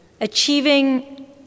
achieving